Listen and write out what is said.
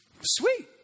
sweet